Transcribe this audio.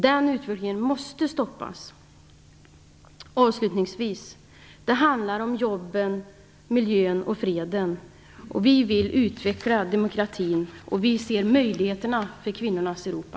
Den utvecklingen måste stoppas. Avslutningsvis: Det handlar om jobben, miljön och freden. Vi vill utveckla demokratin, och vi ser möjligheterna för kvinnornas Europa.